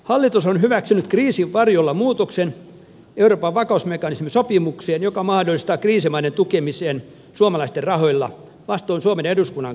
hallitus on hyväksynyt kriisin varjolla muutoksen euroopan vakausmekanismisopimukseen joka mahdollistaa kriisimaiden tukemisen suomalaisten rahoilla vastoin suomen eduskunnan kantaa